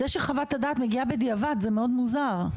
זה שחוות הדעת מגיעה בדיעבד זה מאוד מוזר.